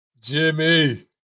Jimmy